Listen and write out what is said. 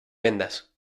vendas